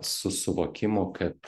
su suvokimu kad